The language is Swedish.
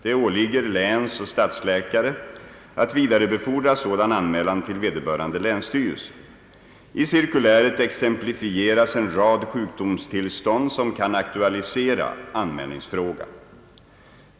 Det åligger länsoch stadsläkare att vidarebefordra sådan anmälan till vederbörande länsstyrelse. I cirkuläret exemplifieras en rad sjukdomstillstånd som kan aktualisera anmälningsfrågan.